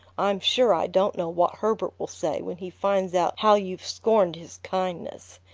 i'm sure i don't know what herbert will say when he finds out how you've scorned his kindness.